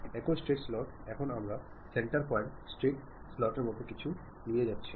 একই স্ট্রেইট স্লটে এখন আমরা সেন্টার পয়েন্ট স্ট্রেইট স্লটের মতো কিছু নিয়ে যাচ্ছি